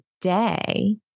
today